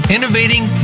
Innovating